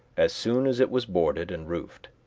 as soon as it was boarded and roofed,